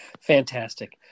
Fantastic